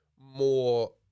more